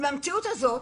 במציאות זו,